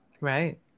Right